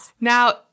Now